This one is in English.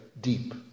deep